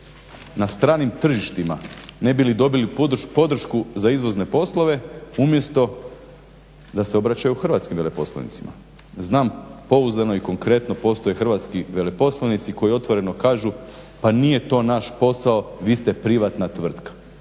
na stranim tržištima ne bi li dobili podršku za izvozne poslove umjesto da se obraćaju hrvatskim veleposlanicima. Znam pouzdano i konkretno postoje hrvatski veleposlanici koji otvoreno kažu pa nije to naš posao vi ste privatna tvrtka.